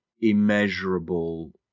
immeasurable